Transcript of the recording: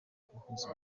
guhuza